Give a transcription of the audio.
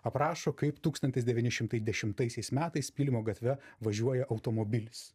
aprašo kaip tūkstantis devyni šimtai dešimtaisiais metais pylimo gatve važiuoja automobilis